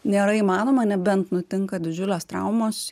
nėra įmanoma nebent nutinka didžiulės traumos